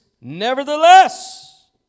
nevertheless